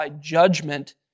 judgment